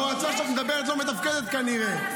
המועצה שאת מדברת עליה לא מתפקדת כנראה.